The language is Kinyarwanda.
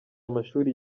amashuri